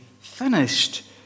finished